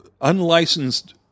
unlicensed